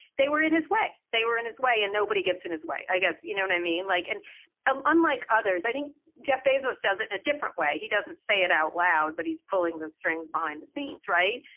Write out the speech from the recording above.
they were in his way. they were in his way. and nobody gets in his way. i guess, you know, and i mean, like and and unlike others, i think jeff bezos does it in a different way. he doesn't say it out loud, but he's pulling the strings behind the scenes. right.